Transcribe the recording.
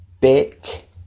bit